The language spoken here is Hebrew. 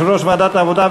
יושב-ראש ועדת העבודה,